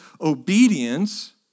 obedience